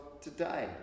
today